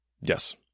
Yes